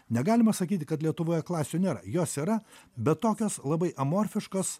negalima sakyti kad lietuvoje klasių nėra jos yra bet tokios labai amorfiškos